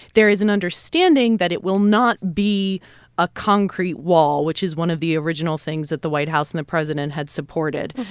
there is an understanding that it will not be a concrete wall, which is one of the original things that the white house and the president had supported.